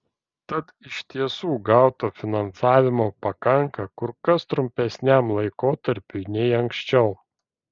tad iš tiesų gauto finansavimo pakanka kur kas trumpesniam laikotarpiui nei anksčiau